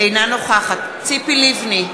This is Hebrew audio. אינה נוכחת ציפי לבני,